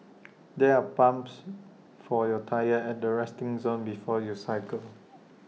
there're pumps for your tyres at the resting zone before you cycle